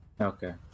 Okay